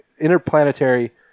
interplanetary